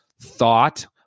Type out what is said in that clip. thought